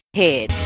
head